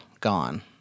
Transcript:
gone